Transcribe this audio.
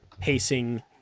pacing